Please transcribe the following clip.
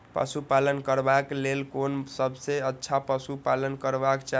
पशु पालन करबाक लेल कोन सबसँ अच्छा पशु पालन करबाक चाही?